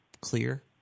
clear